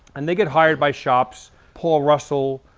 and they get hired by shops, paul russell,